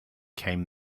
came